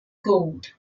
gold